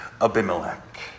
abimelech